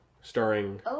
starring